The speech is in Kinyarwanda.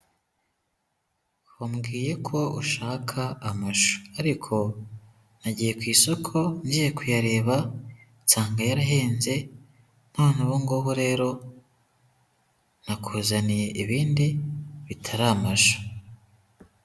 Wambwiye ko ushaka amashu ariko nagiye ku isoko, ngiye kuyareba nsanga yarahenze. None ubu ngubu rero nakuzaniye ibindi bitari amashu.